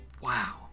wow